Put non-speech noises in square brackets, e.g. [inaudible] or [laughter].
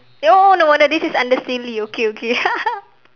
oh no wonder this is under silly okay okay [laughs]